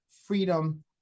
freedom